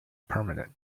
permanent